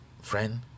friend